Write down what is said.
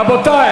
רבותי,